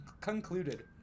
concluded